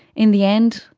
in the end,